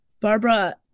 Barbara